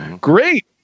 great